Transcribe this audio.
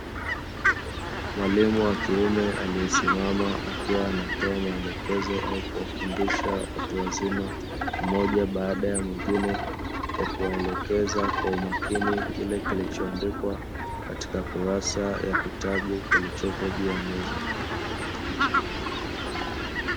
Mwalimu wa kiume anayesimama akiwa anatoa maelekezo au kuwafundisha watu wazima, mmoja baada ya mwingine, kwa kuwaelekeza kwa umakini kile kilichoandikwa katika kurasa ya kitabu kilichopo juu ya meza.